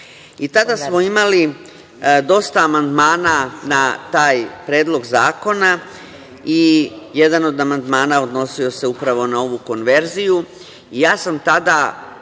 Tada smo imali dosta amandmana na taj predlog zakona i jedan od amandmana odnosio se upravo na ovu konverziju.